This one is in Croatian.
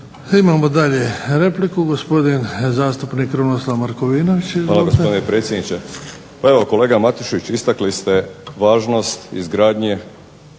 Imamo dalje repliku. Gospodin zastupnik Krunoslav Markovinović.